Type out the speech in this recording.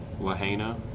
Lahaina